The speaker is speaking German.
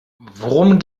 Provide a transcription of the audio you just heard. worum